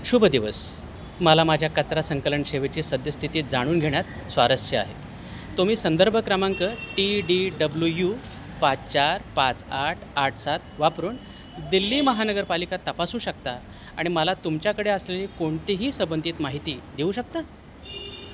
शुभ दिवस मला माझ्या कचरा संकलन सेवेची सद्यस्थिती जाणून घेण्यात स्वारस्य आहे तुम्ही संदर्भ क्रमांक टी डी डब्ल्यू यू पाच चार पाच आठ आठ सात वापरून दिल्ली महानगरपालिका तपासू शकता आणि मला तुमच्याकडे असलेली कोणतीही सबंधित माहिती देऊ शकता